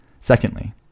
Secondly